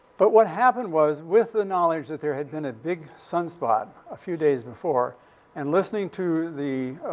but what happened was, with the knowledge that there had been a big sunspot a few days before and listening to the,